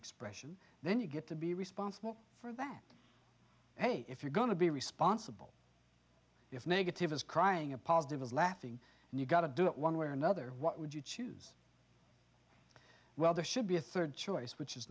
expression then you get to be responsible for that hey if you're going to be responsible if negative is crying a positive is laughing and you got to do it one way or another what would you choose well there should be a third choice which is